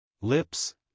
lips